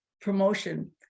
promotion